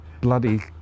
bloody